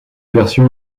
version